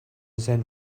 zen